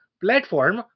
platform